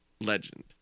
legend